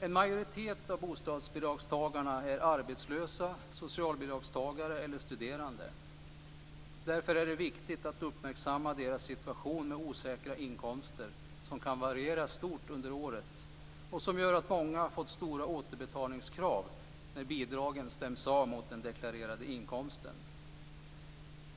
En majoritet av bostadsbidragstagarna är arbetslösa, socialbidragstagare eller studerande. Därför är det viktigt att uppmärksamma deras situation med osäkra inkomster som kan variera stort under året och som gör att många har fått stora återbetalningskrav när bidragen stämts av mot den deklarerade inkomsten.